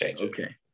okay